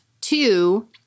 two